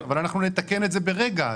אבל אנחנו נתקן את זה תוך רגע,